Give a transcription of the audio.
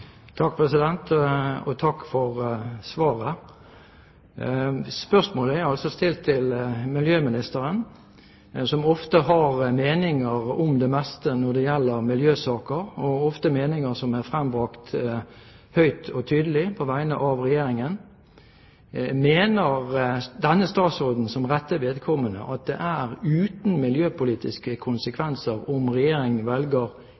Takk for svaret. Spørsmålet er altså stilt til miljøministeren, som ofte har meninger om det meste når det gjelder miljøsaker, og ofte meninger som blir frembrakt høyt og tydelig på vegne av Regjeringen. Mener denne statsråden, som rette vedkommende, at det er uten miljøpolitiske konsekvenser om Regjeringen velger